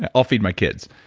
and i'll feed my kids.